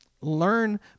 Learn